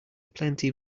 plenty